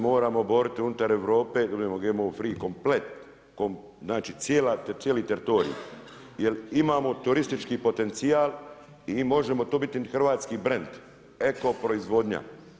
Mi se moramo boriti unutar Europe da budemo GMO free komplet znači cijeli teritorij jel imamo turistički potencijal i mi možemo biti hrvatski brend, eko proizvodnja.